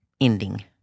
ending